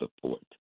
support